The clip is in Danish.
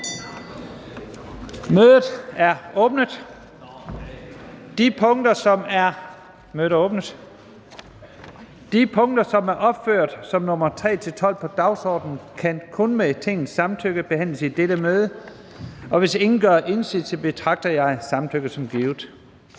Jensen): De punkter, som er opført som nr. 3-12 på dagsordenen, kan kun med Tingets samtykke behandles i dette møde. Hvis ingen gør indsigelse, betragter jeg samtykket som givet.